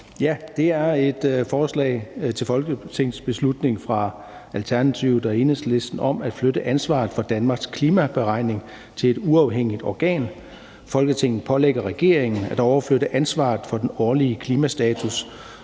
Det er et forslag til folketingsbeslutning fra Alternativet og Enhedslisten om at flytte ansvaret for Danmarks klimaberegning til et uafhængigt organ. Folketinget pålægger regeringen at overflytte ansvaret for den årlige klimastatus